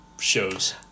shows